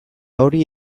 hori